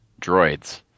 Droids